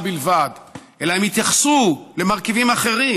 בלבד אלא הם התייחסו למרכיבים אחרים: